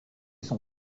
son